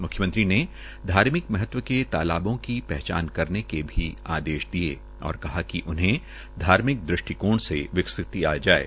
म्ख्यमंत्र ने धार्मिक महत्व के तालाबों की पहचान करने के भी आदेश दिये और कहा कि उन्हें धार्मिक दृष्टिकोण से विकसित किया जाये